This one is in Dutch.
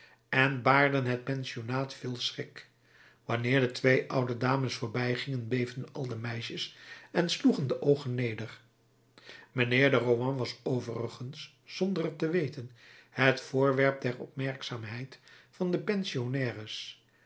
en baarden het pensionaat veel schrik wanneer de twee oude dames voorbijgingen beefden al de meisjes en sloegen de oogen neder mijnheer de rohan was overigens zonder het te weten het voorwerp der opmerkzaamheid van de pensionnaires